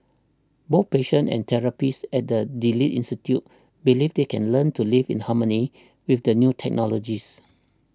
both patients and therapists at the Delete Institute believe they can learn to live in harmony with the new technologies